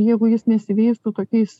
jeigu jis nesiveistų tokiais